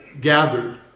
gathered